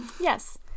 Yes